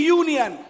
union